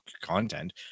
content